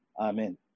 Amen